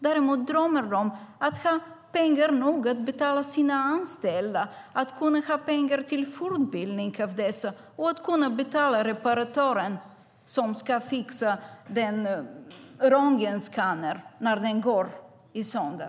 Däremot drömmer de om att ha pengar nog att betala sina anställda, att ha pengar till fortbildning av anställda och att kunna betala reparatören som fixar röntgenskannern när den går sönder.